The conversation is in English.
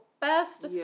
best